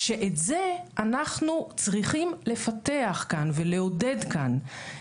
שאת זה אנחנו צריכים לפתח כאן ולעודד כאן.